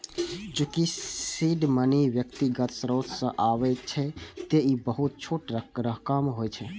चूंकि seed money व्यक्तिगत स्रोत सं आबै छै, तें ई बहुत छोट रकम होइ छै